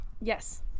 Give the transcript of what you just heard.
Yes